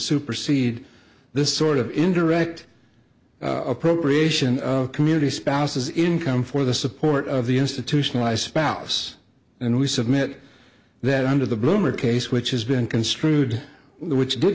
supersede this sort of indirect appropriation of community spouses income for the support of the institutionalized spouse and we submit that under the bloomer case which has been construed which